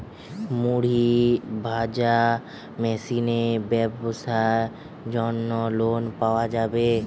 মুড়ি ভাজা মেশিনের ব্যাবসার জন্য লোন পাওয়া যাবে?